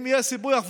אם יהיה סיפוח,